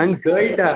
आनी गळटा